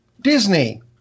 Disney